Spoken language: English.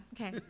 Okay